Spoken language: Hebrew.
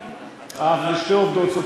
אב לשתי עובדות סוציאליות.